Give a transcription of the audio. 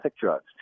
drugs